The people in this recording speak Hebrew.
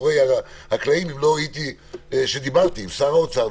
עם שר האוצר.